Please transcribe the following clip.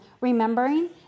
Remembering